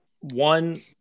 One